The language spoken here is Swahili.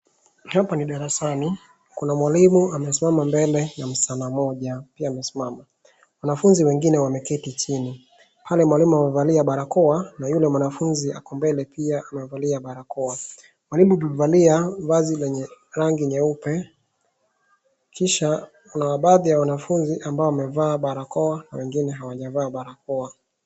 Hapa ni darasani. Kuna mwalimu amesimama mbele ya mschana moja pia amesimama. Wanafunzi wengine wamekaa chini. Pale mwalimu amevalia barakoa na yule mwanafunzi ako mbele pia amevalia barakoa. Mwalimu amevalia vazi lenye rangi nyeupe kisha kuna baadhi ya wanafunzi ambao wamevaa barakoa na wengine hawajavaa barakoa.